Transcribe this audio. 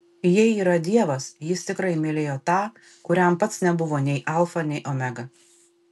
jei yra dievas jis tikrai mylėjo tą kuriam pats nebuvo nei alfa nei omega